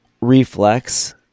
reflex